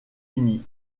uni